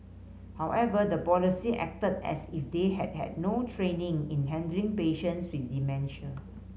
however the police acted as if they had had no training in handling patients with dementia